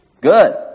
Good